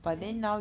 then